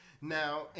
Now